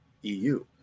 EU